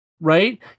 right